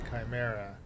Chimera